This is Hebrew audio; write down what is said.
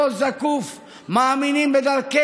שבו מפלגת